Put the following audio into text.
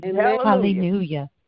Hallelujah